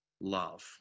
love